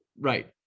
Right